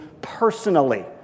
personally